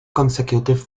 consecutive